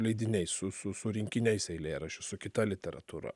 leidiniais su su su rinkiniais eilėraščių su kita literatūra